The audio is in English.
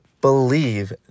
believe